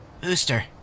Booster